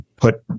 put